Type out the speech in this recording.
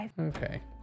Okay